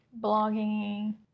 blogging